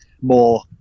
more